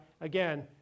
again